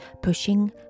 pushing